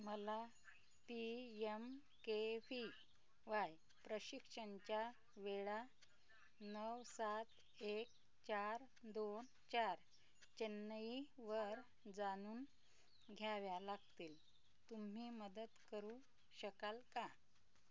मला P M K V Y प्रशिक्षणाच्या वेळा नऊ सात एक चार दोन चार चेन्नईवर जाणून घ्याव्या लागतील तुम्ही मदत करू शकाल का